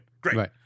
Great